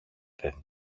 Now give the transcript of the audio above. δεν